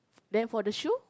then for the shoe